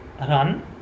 run